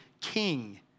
King